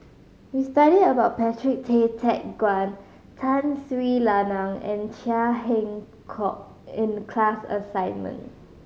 we studied about Patrick Tay Teck Guan Tun Sri Lanang and Chia Keng Hock in the class assignment